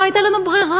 לא הייתה לנו ברירה.